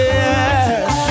yes